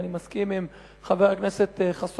ואני מסכים עם חבר הכנסת חסון,